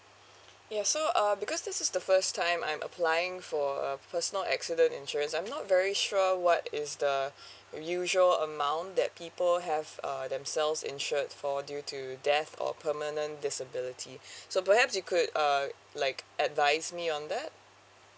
ya so uh because this is the first time I'm applying for a personal accident insurance I'm not very sure what is the usual amount that people have uh themselves insured for due to death or permanent disability so perhaps you could uh like advise me on that